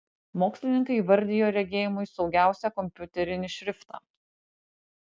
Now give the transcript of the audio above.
mokslininkai įvardijo regėjimui saugiausią kompiuterinį šriftą